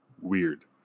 weird